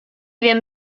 wiem